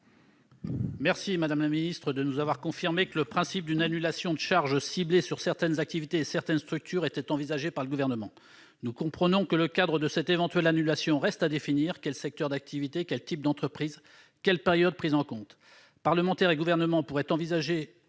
secrétaire d'État, de nous avoir confirmé que le principe d'une annulation de charges, ciblée sur certaines activités et certaines structures, était envisagé par le Gouvernement. Nous comprenons que le cadre de cette éventuelle annulation reste à définir. Quels secteurs d'activité, quel type d'entreprise, quelle période prendre en compte ? Le Parlement et le Gouvernement pourraient envisager